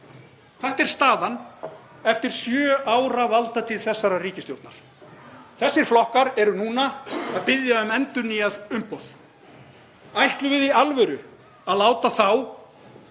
Þetta er staðan eftir sjö ára valdatíð þessarar ríkisstjórnar. Þessir flokkar eru núna að biðja um endurnýjað umboð. Ætlum við í alvöru að láta þá